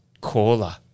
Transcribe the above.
caller